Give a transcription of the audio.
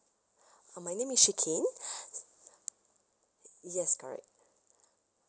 uh my name is shikin s~ yes correct